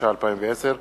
התש"ע 2010,